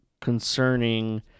concerning